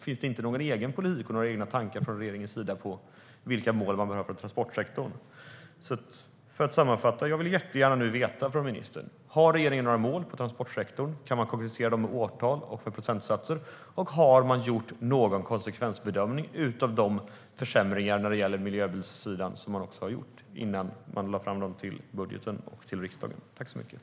Har man inte några egna tankar från regeringens sida om vilka mål man behöver för transportsektorn? Jag vill gärna höra ministern säga om regeringen har mål för transportsektorn. Kan målen kommuniceras med årtal och procentsatser? Gjordes någon konsekvensanalys av försämringarna som har skett på miljöbilssidan innan förslagen lades fram för riksdagen i budgeten?